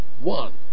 one